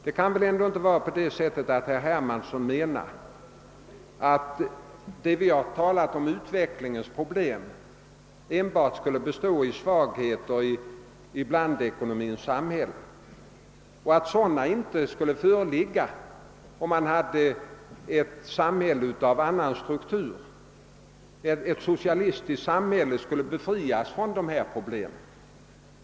Herr Hermansson kan väl inte mena att utvecklingsproblemet enbart skulle bestå i svagheter i blandekonomins samhälle och att sådana inte skulle förekomma i ett samhälle med annan struktur — ett socialistiskt samhälle skulle befrias från dessa problem.